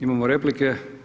Imamo replike.